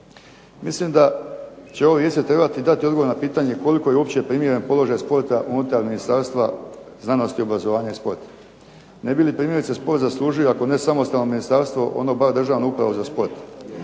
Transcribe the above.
se ne razumije./… trebati dati odgovor na pitanje koliko je uopće primjeren položaj sporta unutar Ministarstva znanosti, obrazovanja i sporta. Ne bi li primjerice sport zaslužio ako ne samostalno ministarstvo ono bar državnu upravu za sport